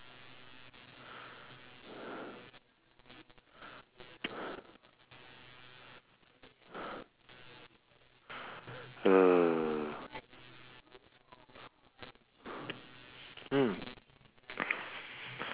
err hmm